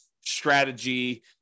strategy